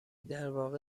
درواقع